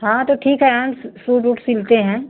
हाँ तो ठीक है हम सूट ऊट सिलते हैं